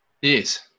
Yes